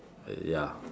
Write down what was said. ya